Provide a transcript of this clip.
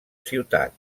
ciutat